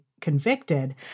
convicted